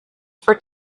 for